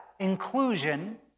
Inclusion